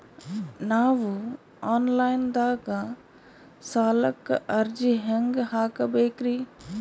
ನಾವು online ದಾಗ ಸಾಲಕ್ಕ ಅರ್ಜಿ ಹೆಂಗ ಹಾಕಬೇಕ್ರಿ?